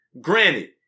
Granted